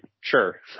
Sure